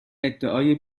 ادعای